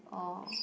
oh